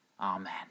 Amen